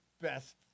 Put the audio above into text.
best